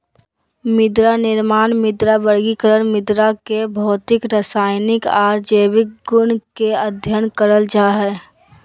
मृदानिर्माण, मृदा वर्गीकरण, मृदा के भौतिक, रसायनिक आर जैविक गुण के अध्ययन करल जा हई